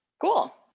Cool